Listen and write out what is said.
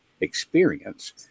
experience